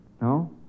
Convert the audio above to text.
No